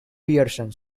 pearson